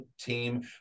team